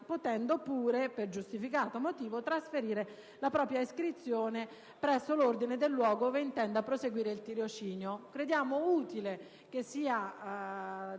potendo pure» (per giustificato motivo, trasferire la propria iscrizione presso l'ordine del luogo ove intenda proseguire il tirocinio). Crediamo utile che sia